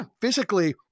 physically